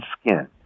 skin